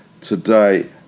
today